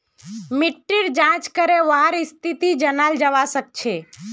मिट्टीर जाँच करे वहार स्थिति जनाल जवा सक छे